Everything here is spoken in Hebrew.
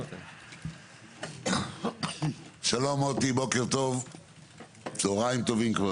שלום מוטי, צוהריים טובים.